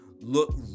look